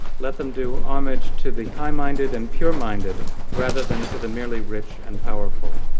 let them do homage to the high-minded and pure-minded rather than to the merely rich and powerful,